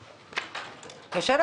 בבקשה, בקצרה.